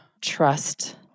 trust